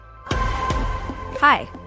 Hi